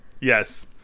Yes